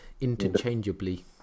Interchangeably